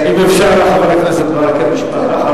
חבר הכנסת ברכה, אם אפשר, משפט אחרון.